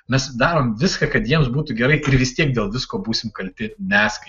mes darom viską kad jiems būtų gerai ir vis tiek dėl visko būsime kalti mes